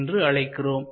என்று அழைக்கிறோம்